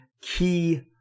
key